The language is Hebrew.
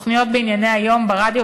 ותוכניות בענייני היום ברדיו,